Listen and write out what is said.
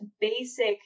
basic